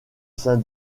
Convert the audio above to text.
sein